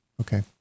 okay